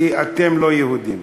כי אתם לא יהודים.